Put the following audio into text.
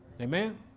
Amen